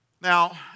Now